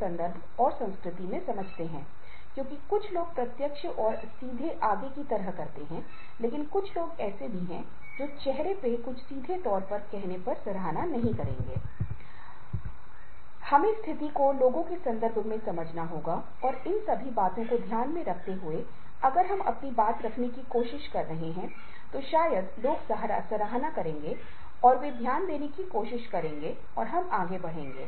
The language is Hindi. नौकरियां बढ़ रही हैं क्योंकि यदि आप यूरोप और यूएसए के साथ भारत की तुलना करते हैं जब विभिन्न देशों में व्यापार जुड़ा हुआ है और विदेशों में ग्राहकों की आवश्यकताओं को पूरा करने के लिए हमें उनके समय के अनुसार समायोजित करना होगा